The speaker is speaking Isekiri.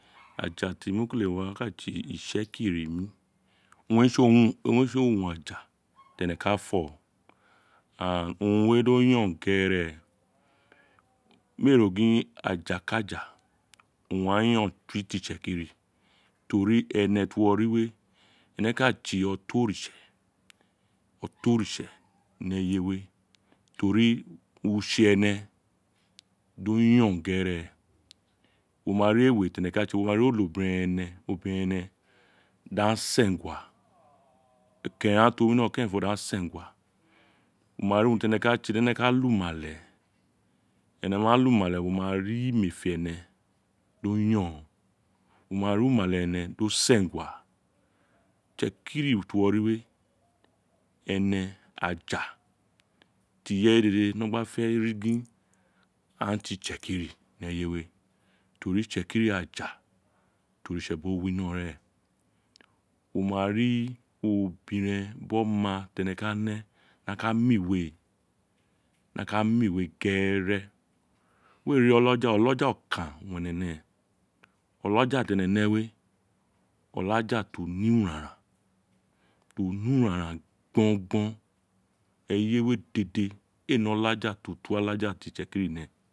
Ala ti kele wa ka tsi itse kiri mi owun re tsi òwun aja ténè ka fó owun we do yọn gẹrẹ owun aghaan yọn ju te itsekri to ri ene we ka tse ọtọn oritise ọtọn oritse ni eyere to rí utse énè do yọn gérè wo ma rí ewe tí ene gba te ro wo ma ri onobirẹn énè obiren énè di aghan séngua ẹkérèn ghan ti o winọ kérènfọ dí a sẹngua wo ma ri urun tí umalè énọ ma lu umale wo ma rí umefe énè di o yon wo ma ri umale ene do sẹngua itse kial ti uwo ri we ene aja tí tí ireye de de nó gba fé ri gín a tsi itsekiri ni eyewe tori itṣẹkiri aja tí oritse bo winọ rẹn wo ma ri obirem bí oma tí énè ka né di a ka mi iwe di a ka má iwe gẹ́re we ri olaja olaja okan owun énè né olàjà ti o ní uraran ti o ni uraran gbogbon ní eyewe dèdè éè ni ọlaja ti o tu wí ọlàjà tí itsekiri nó